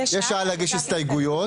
יש שעה להגיש הסתייגויות.